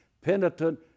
penitent